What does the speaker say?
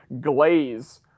glaze